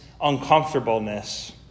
Uncomfortableness